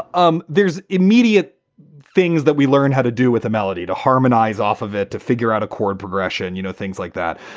um there's immediate things that we learn how to do with a melody to harmonize off of it, to figure out a chord progression. you know, things like that.